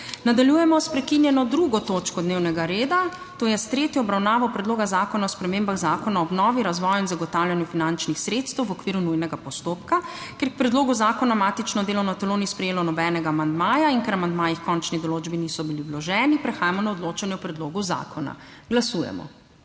Nadaljujemo **s prekinjeno 2. točko dnevnega reda, to je s tretjo obravnavo Predloga zakona o spremembah Zakona o obnovi, razvoju in zagotavljanju finančnih sredstev v okviru nujnega postopka.** Ker k predlogu zakona matično delovno telo ni sprejelo nobenega amandmaja in ker amandmaji h končni določbi niso bili vloženi, prehajamo na odločanje o predlogu zakona. Glasujemo.